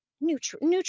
neutral